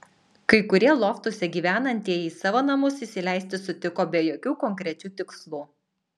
kai kurie loftuose gyvenantieji į savo namus įsileisti sutiko be jokių konkrečių tikslų